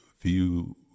view